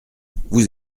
vous